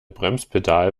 bremspedal